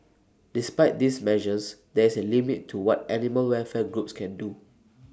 despite these measures there is A limit to what animal welfare groups can do